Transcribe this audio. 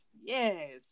Yes